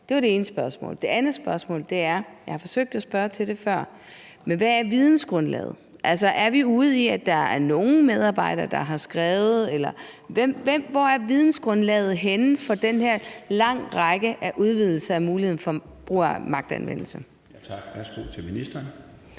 Det var det ene spørgsmål. Det andet spørgsmål er – og jeg har forsøgt at spørge til det før: Hvad er vidensgrundlaget? Er vi ude i, at der er nogen medarbejdere, der har skrevet, eller hvor er vidensgrundlaget henne for den her lange række udvidelser af muligheden for magtanvendelse? Kl. 12:34 Den